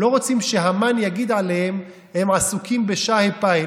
לא רוצים שהמן יגיד עליהם: הם עסוקים בשה"י פה"י.